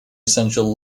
essential